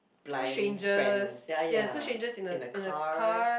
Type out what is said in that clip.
blind friend ya ya in a car